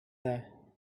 there